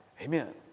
Amen